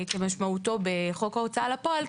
כמשמעותו בחוק ההוצאה לפועל,